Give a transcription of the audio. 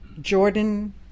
Jordan